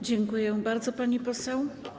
Dziękuję bardzo, pani poseł.